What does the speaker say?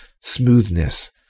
smoothness